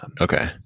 Okay